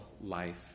life